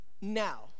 now